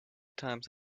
times